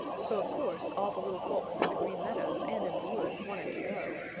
so of course all the little folks in the green meadows and in the wood wanted to go.